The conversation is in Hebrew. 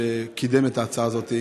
שקידם את ההצעה הזו,